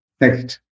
Next